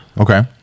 okay